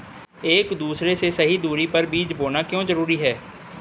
एक दूसरे से सही दूरी पर बीज बोना क्यों जरूरी है?